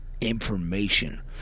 information